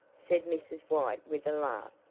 said mrs. white with a laugh,